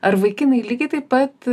ar vaikinai lygiai taip pat